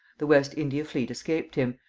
the west india fleet escaped him,